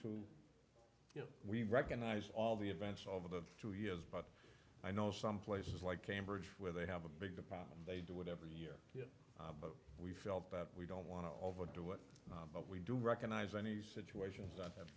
too you know we recognize all the events over the two years but i know some places like cambridge where they have a big department they do it every year but we felt that we don't want to overdo it but we do recognize any situations that have